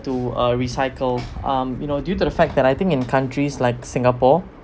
to uh recycle um you know due to the fact that I think in countries like singapore